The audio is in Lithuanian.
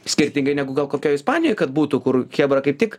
skirtingai negu gal kokioj ispanijoj kad būtų kur chebra kaip tik